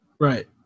Right